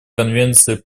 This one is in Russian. конвенции